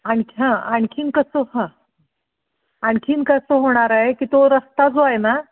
आणखी हां आणखीन कसं हां आणखीन कसं होणार आहे की तो रस्ता जो आहे ना